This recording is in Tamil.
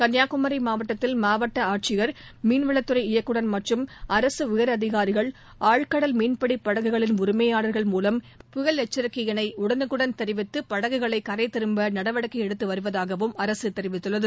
கன்னியாகுமரி மாவட்டத்தில் மாவட்ட ஆட்சியர் மீனவளத்துறை இயக்குனர் மற்றும் அரசு உயர் அதிகாரிகள் ஆழ்கடல் மீன்பிடி படகுகளின் உரிமையாளர்கள் மூலம் மீன்பிடி படகுகளை தொடர்பு கொண்டு புயல் எச்சிக்கையினை உடனுக்குடன் தெரிவித்து படகுகளை கரை திரும்ப நடவடிக்கை எடுத்து வருவதாகவும் அரசு தெரிவித்துள்ளது